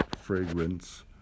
fragrance